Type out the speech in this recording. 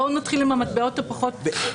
בואו נתחיל עם המטבעות האחרים.